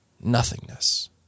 nothingness